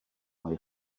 mae